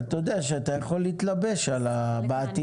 אתה יודע שאתה יכול להתלבש בעתיד,